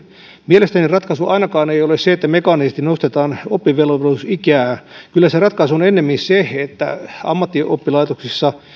mielestäni ratkaisu ei ole ainakaan se että mekaanisesti nostetaan oppivelvollisuusikää kyllä se ratkaisu on ennemmin se että ammattioppilaitoksissa